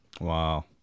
Wow